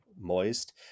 moist